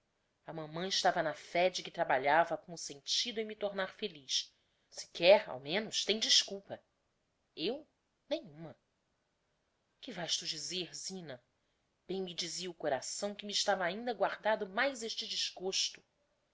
a mamã estava na fé de que trabalhava com o sentido em me tornar feliz sequer ao menos tem desculpa eu nenhuma que vaes tu dizer zina bem me dizia o coração que me estava ainda guardado mais este